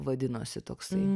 vadinosi toksai